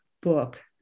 book